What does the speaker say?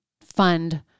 fund